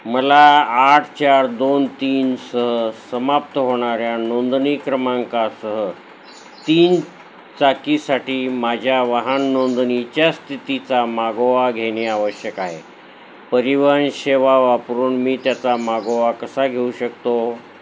मला आठ चार दोन तीन सह समाप्त होणाऱ्या नोंदणी क्रमांकासह तीन चाकीसाठी माझ्या वाहन नोंदणीच्या स्थितीचा मागोवा घेणे आवश्यक आहे परिवहन सेवा वापरून मी त्याचा मागोवा कसा घेऊ शकतो